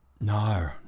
No